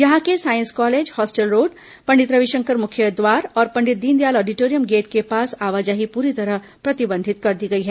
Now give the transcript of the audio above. यहां के साईस college hostel road Pandit Ravishankar मुख्य द्वार और पंडित दीनदयाल ऑडिटोरियम गेट के पास आवाजाही पूरी तरह प्रतिबंधित कर दी गई है